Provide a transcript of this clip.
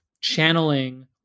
channeling